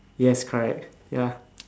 yes correct ya